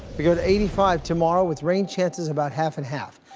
we go to eighty five tomorrow with rain chances about half and half.